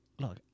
Look